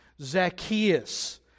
Zacchaeus